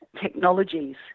technologies